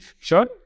Sure